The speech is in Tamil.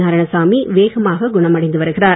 நாராயணசாமி வேகமாக குணமடைந்து வருகிறார்